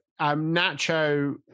Nacho